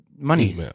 Money